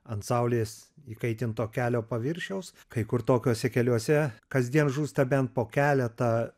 ant saulės įkaitinto kelio paviršiaus kai kur tokiuose keliuose kasdien žūsta bent po keletą